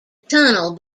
tunnel